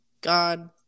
god